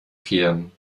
kehren